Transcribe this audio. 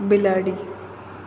બિલાડી